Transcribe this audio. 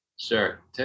Sure